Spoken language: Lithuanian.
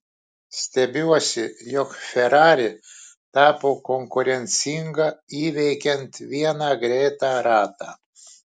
stebiuosi jog ferrari tapo konkurencinga įveikiant vieną greitą ratą